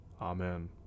Amen